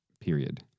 Period